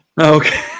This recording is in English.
Okay